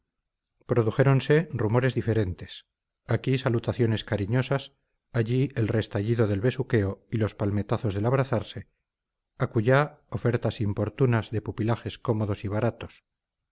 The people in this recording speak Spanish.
produjéronse rumores diferentes aquí salutaciones cariñosas allí el restallido del besuqueo y los palmetazos del abrazarse acullá ofertas importunas de pupilajes cómodos y baratos